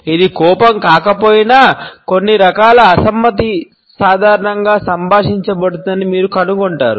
ఇది కోపం కాకపోయినా కొన్ని రకాల అసమ్మతి సాధారణంగా సంభాషించబడుతుందని మీరు కనుగొంటారు